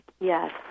Yes